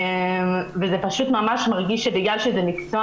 וזה פשוט ממש מרגיש שבגלל שזה מקצוע